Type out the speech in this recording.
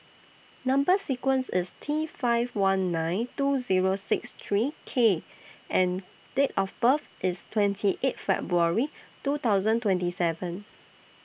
Number sequence IS T five one nine two Zero six three K and Date of birth IS twenty eight February two thousand twenty seven